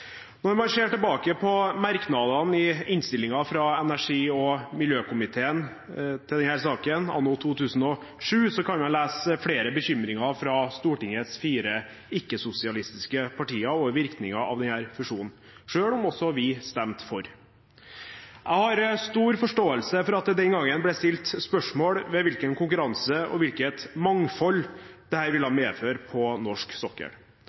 Når man ser tilbake på merknadene i innstillingen fra energi- og miljøkomiteen til denne saken anno 2007, kan man lese flere bekymringer fra Stortingets fire ikke-sosialistiske partier for virkningen av denne fusjonen – selv om også vi stemte for. Jeg har stor forståelse for at det den gangen ble stilt spørsmål ved hvilken konkurranse og hvilket mangfold dette ville medføre på norsk sokkel.